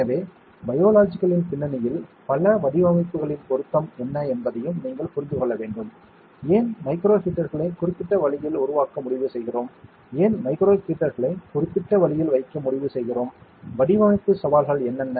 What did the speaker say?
எனவே பயோலாஜிக்கல்லின் பின்னணியில் பல வடிவமைப்புகளின் பொருத்தம் என்ன என்பதையும் நீங்கள் புரிந்து கொள்ள வேண்டும் ஏன் மைக்ரோ ஹீட்டர்களை குறிப்பிட்ட வழியில் உருவாக்க முடிவு செய்கிறோம் ஏன் மைக்ரோ ஹீட்டர்களை குறிப்பிட்ட வழியில் வைக்க முடிவு செய்கிறோம் வடிவமைப்பு சவால்கள் என்னென்ன